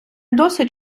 досить